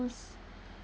s